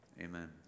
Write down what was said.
Amen